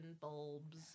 bulbs